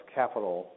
capital